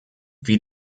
wie